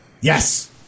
Yes